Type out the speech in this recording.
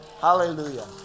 Hallelujah